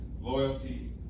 loyalty